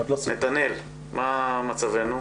נתנאל, מה מצבנו?